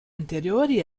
anteriori